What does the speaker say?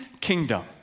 kingdom